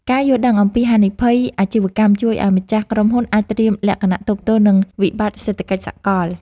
ការយល់ដឹងអំពីហានិភ័យអាជីវកម្មជួយឱ្យម្ចាស់ក្រុមហ៊ុនអាចត្រៀមលក្ខណៈទប់ទល់នឹងវិបត្តិសេដ្ឋកិច្ចសកល។